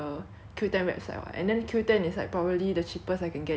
Qoo ten website [what] and then Qoo ten is like probably the cheapest I can get it already